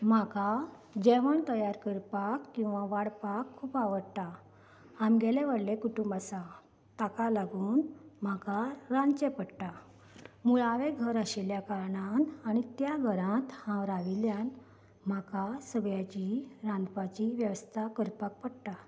म्हाका जेवण तयार करपाक किंवा वाडपाक खूब आवडटा आमगेलें व्हडलें कुटूंब आसा ताका लागून म्हाका रांदचें पडटा मुळावें घर आशिल्ल्या कारणान आनी त्या घरांत हांव राविल्ल्यान म्हाका सगळ्यांची रांदपाची वेवस्था करपाक पडटा